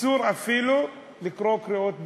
אסור אפילו לקרוא קריאות ביניים.